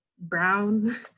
brown